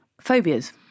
Phobias